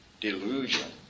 delusion